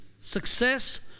Success